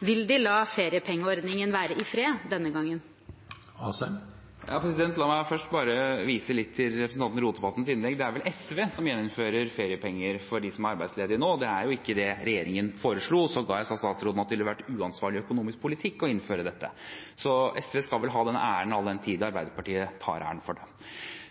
vil de la feriepengeordningen være i fred denne gangen? La meg først bare vise litt til representanten Rotevatns innlegg. Det er vel SV som gjeninnfører feriepenger for dem som er arbeidsledige nå, og det er jo ikke det regjeringen foreslo. Sågar sa statsråden at det ville vært uansvarlig økonomisk politikk å innføre dette. Så SV skal vel ha den æren – all den tid Arbeiderpartiet tar æren for det.